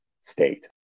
state